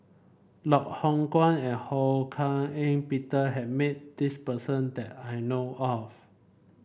Loh Hoong Kwan and Ho Hak Ean Peter has met this person that I know of